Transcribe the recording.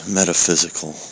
metaphysical